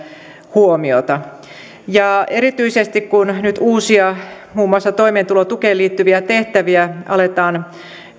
huomiota erityisesti se kun uusia muun muassa toimeentulotukeen liittyviä tehtäviä aletaan